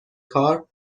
کار